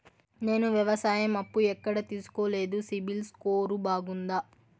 నేను వ్యవసాయం అప్పు ఎక్కడ తీసుకోలేదు, సిబిల్ స్కోరు బాగుందా?